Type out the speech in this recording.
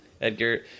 Edgar